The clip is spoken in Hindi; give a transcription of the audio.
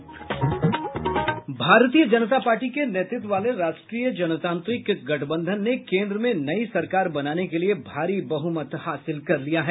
भारतीय जनता पार्टी के नेतृत्व वाले राष्ट्रीय जनतांत्रिक गठबंधन ने केन्द्र में नई सरकार बनाने के लिए भारी बहुमत हासिल कर लिया है